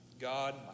God